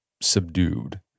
subdued